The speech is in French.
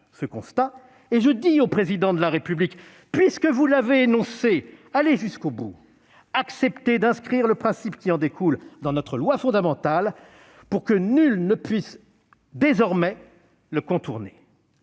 ce constat et je dis au Président de la République :« Puisque vous l'avez énoncé, allez jusqu'au bout, et acceptez d'inscrire le principe qui en découle dans notre loi fondamentale, pour que nul ne puisse désormais le contourner